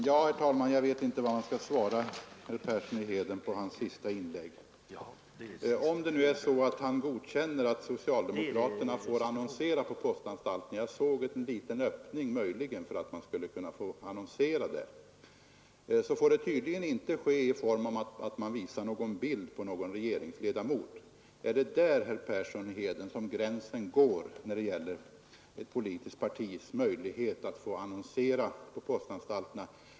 Herr talman! Jag vet inte vad man skall svara herr Persson i Heden på hans senaste inlägg. Om herr Persson nu godkänner att socialdemokraterna annonserar på postanstalterna — jag märkte en liten antydan åt det hållet — så får det tydligen inte ske i den formen att man visar en bild på någon regeringsledamot. Är det där, herr Persson i Heden, som gränsen går när det gäller ett politiskt partis möjlighet att annonsera på postanstalterna?